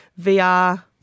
VR